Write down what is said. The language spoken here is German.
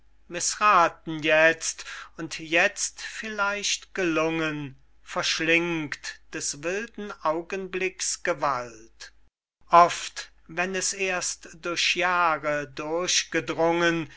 mißrathen jetzt und jetzt vielleicht gelungen verschlingt des wilden augenblicks gewalt oft wenn es erst durch jahre durchgedrungen